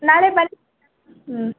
ನಾಳೆ ಬನ್ನಿ ಹ್ಞೂ